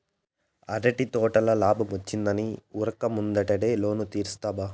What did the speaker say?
అరటి తోటల లాబ్మొచ్చిందని ఉరక్క ముందటేడు లోను తీర్సబ్బా